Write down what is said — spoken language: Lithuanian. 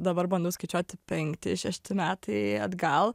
dabar bandau skaičiuoti penkti šešti metai atgal